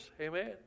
Amen